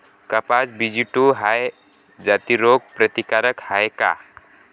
कपास B G two ह्या जाती रोग प्रतिकारक हाये का?